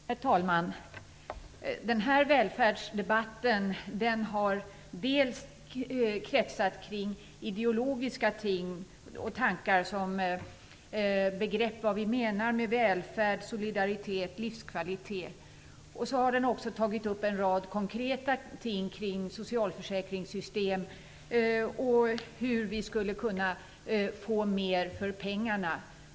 Herr talman! Den här välfärdsdebatten har dels kretsat kring ideologiska tankar och begrepp som vad vi menar med välfärd, solidaritet och livskvalitet, dels en rad konkreta ting kring socialförsäkringssystem och hur vi skulle kunna få mer för pengarna.